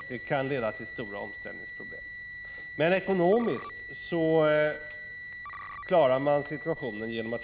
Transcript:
Det kan leda till stora omställningsproblem.